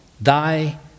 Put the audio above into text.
Thy